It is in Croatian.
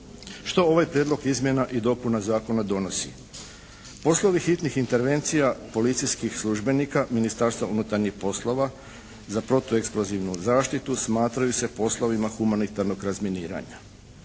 Što ovaj prijedlog izmjena i dopuna zakona donosi? Poslovi hitnih intervencija policijskih službenika Ministarstva unutarnjih poslova za protueksplozivnu zaštitu smatraju se poslovima humanitarnog razminiranja.